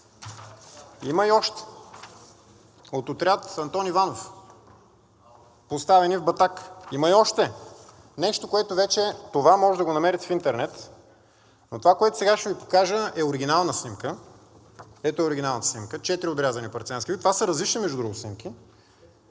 снимка) – от отряд „Антон Иванов“, поставени в Батак. Има и още – нещо, което вече това може да го намерите в интернет. Но това, което сега ще Ви покажа, е оригинална снимка. Ето я оригиналната снимка. (Показва.) Четири отрязани партизански глави. Това са различни, между другото, снимки.